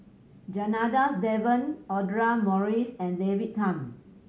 Janadas Devan Audra Morrice and David Tham